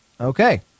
okay